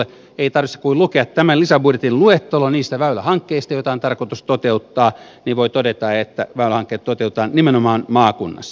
ei tarvitse kuin lukea tämän lisäbudjetin luettelo niistä väylähankkeista joita on tarkoitus toteuttaa niin voi todeta että väylähankkeita toteutetaan nimenomaan maakunnassa